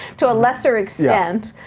to a lesser extent.